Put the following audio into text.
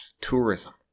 tourism